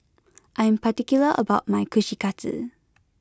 I am particular about my Kushikatsu